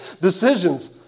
decisions